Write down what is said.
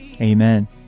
Amen